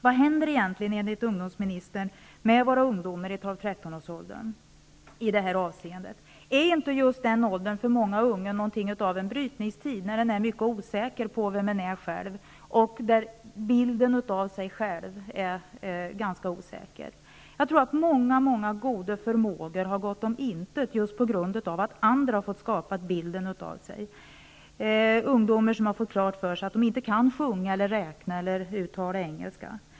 Vad händer egentligen enligt ungdomsministern med våra ungdomar i 12--13 årsåldern i detta hänseende? Är inte just denna ålder för många ungar något av en brytningstid, då man är mycket osäker på vem man är och då bilden av en själv är ganska oklar? Jag tror att många goda förmågor har gått om intet just därför att andra har fått skapa bilden av en själv. Ungdomar har fått klart för sig att de inte kan sjunga eller räkna eller uttala engelska.